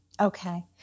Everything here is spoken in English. Okay